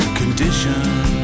conditions